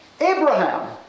Abraham